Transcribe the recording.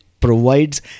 provides